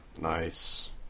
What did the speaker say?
nice